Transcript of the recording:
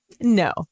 no